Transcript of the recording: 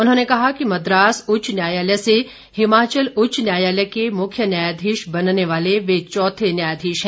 उन्होंने कहा कि मद्रास उच्च न्यायालय से हिमाचल प्रदेश उच्च न्यायालय के मुख्य न्यायाधीश बनने वाले वह चौथे न्यायाधीश हैं